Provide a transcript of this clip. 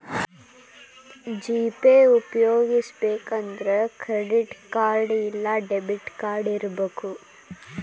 GPay ಉಪ್ಯೊಗಸ್ಬೆಕಂದ್ರ credit card ಇಲ್ಲಾ debit card ಇರಬಕು